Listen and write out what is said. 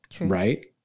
right